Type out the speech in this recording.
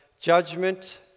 judgment